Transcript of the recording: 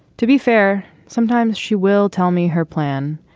to be fair, sometimes she will tell me her plan,